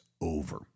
over